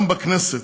גם בכנסת,